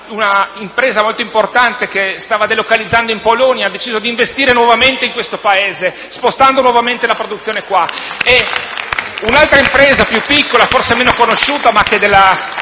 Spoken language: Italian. un'impresa molto importante che stava delocalizzando in Polonia ha deciso di investire nuovamente in questo Paese, spostando la produzione in